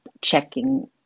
checking